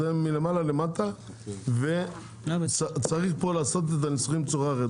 זה מלמעלה למטה וצריך פה לעשות את הניסוחים בצורה אחרת.